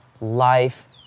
life